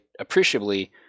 appreciably